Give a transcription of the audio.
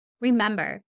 Remember